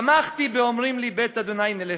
"שיר המעלות לדוד, שמחתי באֹמרים לי בית ה' נלך,